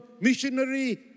missionary